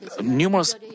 numerous